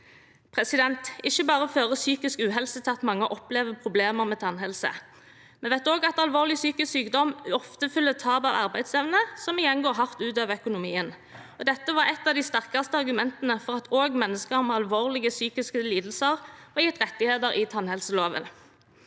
lenger. Ikke bare fører psykisk uhelse til at mange opplever problemer med tannhelse. Vi vet også at med alvorlig psykisk sykdom følger ofte tap av arbeidsevne, som igjen går hardt ut over økonomien. Dette var et av de sterkeste argumentene for at også mennesker med alvorlige psykiske lidelser var gitt rettigheter i tannhelsetjenesteloven.